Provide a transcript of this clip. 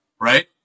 right